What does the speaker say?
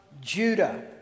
Judah